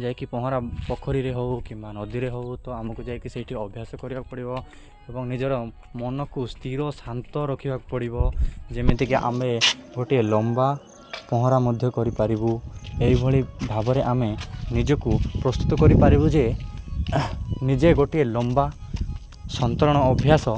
ଯାଇକି ପହଁରା ପୋଖରୀରେ ହଉ କିମ୍ବା ନଦୀରେ ହଉ ତ ଆମକୁ ଯାଇକି ସେଇଠି ଅଭ୍ୟାସ କରିବାକୁ ପଡ଼ିବ ଏବଂ ନିଜର ମନକୁ ସ୍ଥିର ଶାନ୍ତ ରଖିବାକୁ ପଡ଼ିବ ଯେମିତିକି ଆମେ ଗୋଟିଏ ଲମ୍ବା ପହଁରା ମଧ୍ୟ କରିପାରିବୁ ଏଇଭଳି ଭାବରେ ଆମେ ନିଜକୁ ପ୍ରସ୍ତୁତ କରିପାରିବୁ ଯେ ନିଜେ ଗୋଟିଏ ଲମ୍ବା ସନ୍ତରଣ ଅଭ୍ୟାସ